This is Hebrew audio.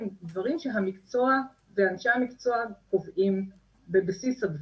הם דברים שהמקצוע ואנשי המקצוע קובעים בבסיס הדברים.